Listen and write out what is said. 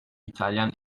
i̇talyan